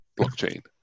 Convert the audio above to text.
blockchain